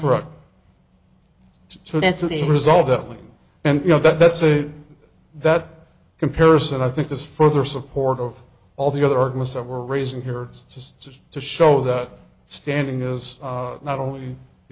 right so that's the result and you know that's a that comparison i think is further support of all the other arguments that we're raising here just to show that standing is not only